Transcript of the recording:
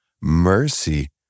mercy